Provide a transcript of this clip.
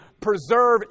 preserve